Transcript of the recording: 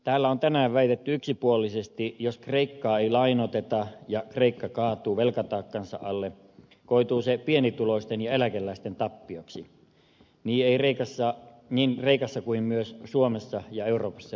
täällä on tänään väitetty yksipuolisesti että jos kreikkaa ei lainoiteta ja kreikka kaatuu velkataakkansa alle koituu se pienituloisten ja eläkeläisten tappioksi niin kreikassa kuin myös suomessa ja euroopassa yleensä